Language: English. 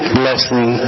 blessing